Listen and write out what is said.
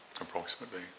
approximately